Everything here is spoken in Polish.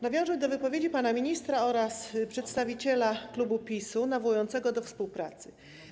Nawiążę do wypowiedzi pana ministra oraz przedstawiciela klubu PiS-u nawołującego do współpracy.